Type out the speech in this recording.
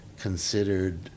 considered